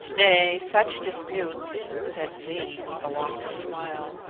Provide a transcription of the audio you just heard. nay, such disputes, said zee, with a lofty smile,